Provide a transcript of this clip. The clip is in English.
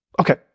Okay